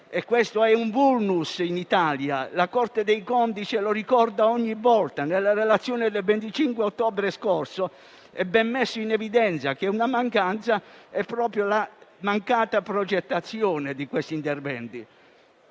Questo è un *vulnus* in Italia. La Corte dei conti ce lo ricorda ogni volta; nella relazione del 25 ottobre scorso è ben messo in evidenza che una mancanza è proprio la mancata progettazione di questi interventi.